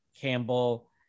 Campbell